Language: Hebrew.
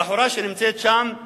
הבחורה שנמצאת שם עיינה,